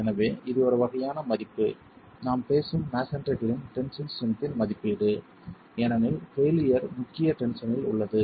எனவே இது ஒரு வகையான மதிப்பு நாம் பேசும் மஸோன்றிகளின் டென்சில் ஸ்ட்ரென்த்தின் மதிப்பீடு ஏனெனில் பெய்லியர் முக்கிய டென்ஷனில் உள்ளது